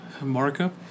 markup